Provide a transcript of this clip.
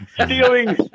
stealing